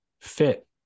fit